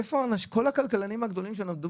איפה כל הכלכלנים הגדולים שלמדו